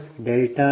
591